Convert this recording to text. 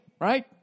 right